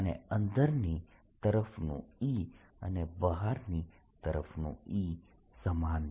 અને અંદરની તરફનું E અને બહારની તરફનું E સમાન છે